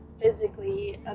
physically